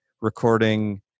recording